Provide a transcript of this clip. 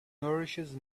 nourishes